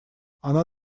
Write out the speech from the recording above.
оно